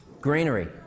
greenery